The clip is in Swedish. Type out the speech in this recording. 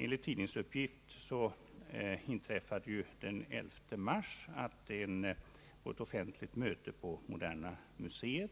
Enligt en tidningsuppgift har en medlem av någon organisation som kallas för Svarta pantrarna vid ett offentligt möte på Moderna museet